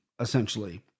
essentially